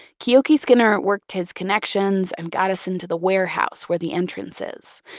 keoki skinner worked his connections and got us into the warehouse where the entrance is,